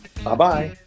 Bye-bye